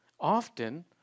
often